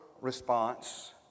response